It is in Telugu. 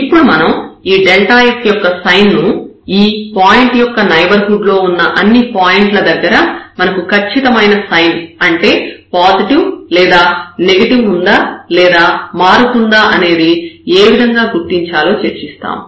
ఇప్పుడు మనం ఈ f యొక్క సైన్ ను ఈ పాయింట్ యొక్క నైబర్హుడ్ లో ఉన్న అన్ని పాయింట్ల దగ్గర మనకు ఖచ్చితమైన సైన్ అంటే పాజిటివ్ లేదా నెగెటివ్ ఉందా లేదా మారుతుందా అనేది ఏ విధంగా గుర్తించాలో చర్చిస్తాము